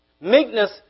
Meekness